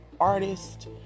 artist